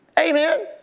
Amen